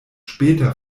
später